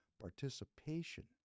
participation